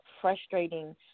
frustrating